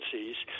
agencies